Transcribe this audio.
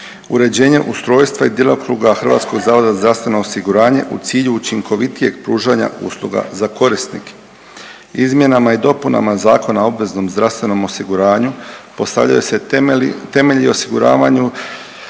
uređenje ustrojstva i djelokruga HZZO-a u cilju učinkovitijeg pružanja usluga za korisnike. Izmjenama i dopunama Zakona o obveznom zdravstvenom osiguranju postavljaju se temelji u osiguravanju